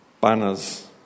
banners